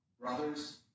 Brothers